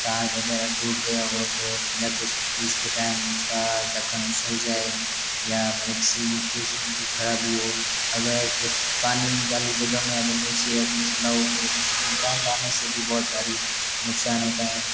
तार वगैरह टूट गया हो तो या कुछ पीसते टाइम उसका ढक्कन पिसल जाए या मिक्सी में कुछ भी खराबी हो अगर उस पानी वाली जगह में अगर मिक्सी रख के चलाओ तो भारी नुकसान होता है